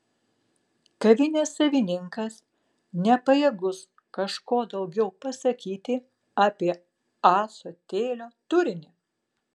kavinės savininkas nepajėgus kažko daugiau pasakyti apie ąsotėlio turinį